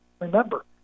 Remember